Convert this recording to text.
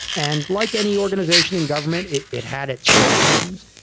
and like any organization in government, it it had its shortcomings.